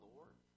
Lord